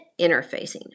interfacing